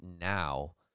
now